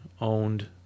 owned